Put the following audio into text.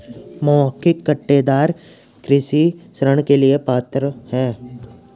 मौखिक पट्टेदार कृषि ऋण के लिए पात्र हैं